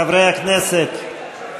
חברי הכנסת,